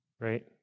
right